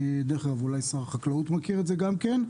דרך אגב, אולי שר החקלאות לשעבר מכיר את זה גם כן.